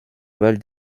valle